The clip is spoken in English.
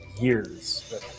years